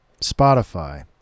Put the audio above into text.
Spotify